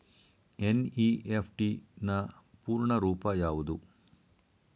NEFT ನ ಪೂರ್ಣ ರೂಪ ಯಾವುದು?